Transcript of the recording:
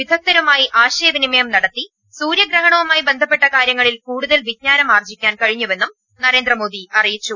വിദഗ്ധരുമായി ആശയവിനിമയം നടത്തി സൂര്യഗ്ര ഹണവുമായി ബന്ധപ്പെട്ട കാര്യങ്ങളിൽ കൂടുതൽ വിജ്ഞാനം ആർജ്ജിക്കാൻ കഴിഞ്ഞുവെന്നും നരേന്ദ്രമോദി അറിയിച്ചു